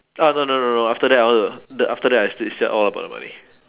uh no no no no after that I want to the after that I splits all got the money